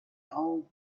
old